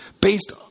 based